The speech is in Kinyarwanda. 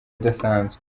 idasanzwe